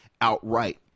outright